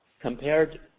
compared